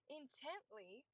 intently